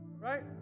Right